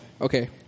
Okay